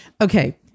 Okay